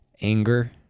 anger